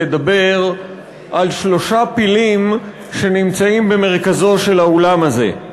לדבר על שלושה פילים שנמצאים במרכזו של האולם הזה.